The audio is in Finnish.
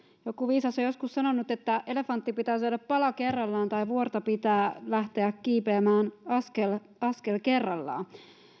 joku viisas on joskus sanonut että elefantti pitää syödä pala kerrallaan tai vuorta pitää lähteä kiipeämään askel kerrallaan